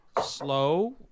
slow